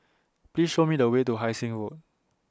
Please Show Me The Way to Hai Sing Road